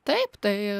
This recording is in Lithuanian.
taip tai